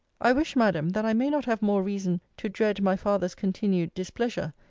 i wish, madam, that i may not have more reason to dread my father's continued displeasure,